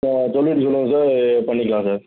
ஆ பண்ணிக்கலாம் சார்